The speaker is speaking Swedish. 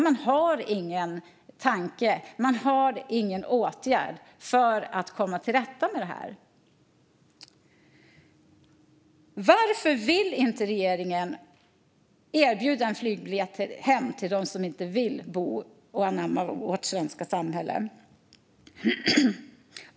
Man har ingen tanke eller åtgärd för att komma till rätta med detta. Varför vill inte regeringen erbjuda en flygbiljett hem till dem som inte vill anamma vårt svenska samhälle?